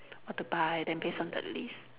what to buy then based on that list